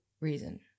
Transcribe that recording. reason